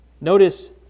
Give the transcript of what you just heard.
Notice